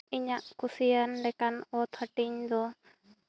ᱤᱧᱟᱹᱜ ᱠᱩᱥᱤᱭᱟᱱ ᱞᱮᱠᱟᱱ ᱚᱛ ᱦᱟᱹᱴᱤᱧ ᱫᱚ